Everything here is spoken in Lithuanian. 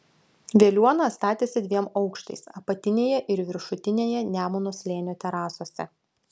veliuona statėsi dviem aukštais apatinėje ir viršutinėje nemuno slėnio terasose